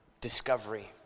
discovery